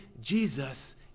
Jesus